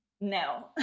No